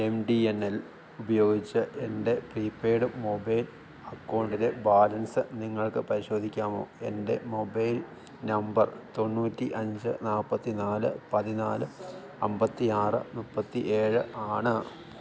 M T N L ഉപയോഗിച്ചു എൻ്റെ prepaid mobile അക്കൗണ്ടിലെ ബാലൻസ് നിങ്ങൾക്ക് പരിശോധിക്കാമോ എൻ്റെ മൊബൈൽ നമ്പർ തൊണ്ണൂറ്റി അഞ്ച് നാൽപ്പത്തി നാല് പതിനാല് അമ്പത്തി ആറ് മുപ്പത്തി ഏഴ് ആണ്